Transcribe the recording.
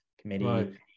Committee